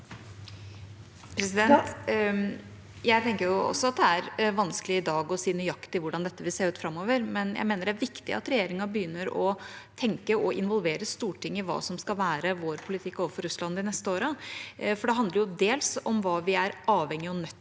Jeg tenker også at det er vanskelig å si i dag nøyaktig hvordan dette vil se ut framover, men jeg mener det er viktig at regjeringa begynner å tenke og å involvere Stortinget i hva som skal være vår politikk overfor Russland de neste årene. Det handler til dels om hva vi er avhengig av og nødt til